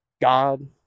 God